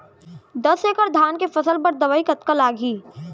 दस एकड़ धान के फसल बर दवई कतका लागही?